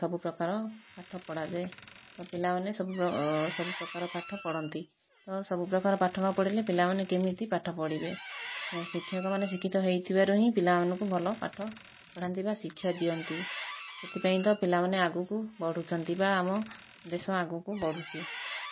ସବୁପ୍ରକାର ପାଠ ପଢ଼ାଯାଏ ତ ପିଲାମାନେ ସବୁ ସବୁପ୍ରକାର ପାଠ ପଢ଼ନ୍ତି ତ ସବୁପ୍ରକାର ପାଠ ନ ପଢ଼ିଲେ ପିଲାମାନେ କେମିତି ପାଠ ପଢ଼ିବେ ଏ ଶିକ୍ଷକମାନେ ଶିକ୍ଷିତ ହେଇଥିବାରୁ ହିଁ ପିଲାମାନଙ୍କୁ ଭଲ ପାଠ ପଢ଼ାନ୍ତି ବା ଶିକ୍ଷା ଦିଅନ୍ତି ସେଥିପାଇଁ ତ ପିଲାମାନେ ଆଗକୁ ବଢ଼ୁଛନ୍ତି ବା ଆମ ଦେଶ ଆଗକୁ ବଢ଼ୁଛି